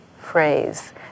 phrase